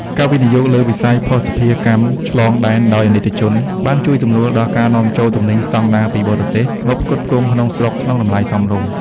ការវិនិយោគលើវិស័យភស្តុភារកម្មឆ្លងដែនដោយអាណិកជន បានជួយសម្រួលដល់ការនាំចូលទំនិញស្ដង់ដារពីបរទេសមកផ្គត់ផ្គង់ក្នុងស្រុកក្នុងតម្លៃសមរម្យ។